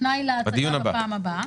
תנאי להצגה בפעם הבאה.